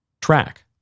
track